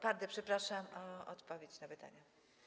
Pardę, przepraszam, o odpowiedź na pytania.